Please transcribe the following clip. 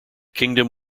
kingdom